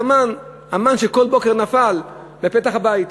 את המן שכל בוקר נפל בפתח הבית.